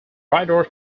writer